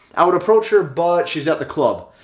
i would approach her but she's at the club,